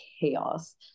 chaos